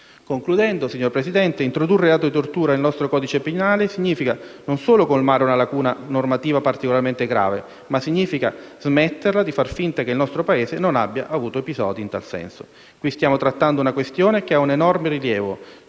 Concludendo, signor Presidente, introdurre il reato di tortura nel nostro codice penale significa non solo colmare una lacuna normativa particolarmente grave, ma significa smetterla di fare finta che il nostro Paese non abbia avuto episodi in tale senso. Qui stiamo trattando una questione che ha un enorme rilievo,